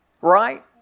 Right